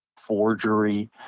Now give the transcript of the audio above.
forgery